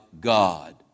God